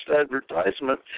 advertisement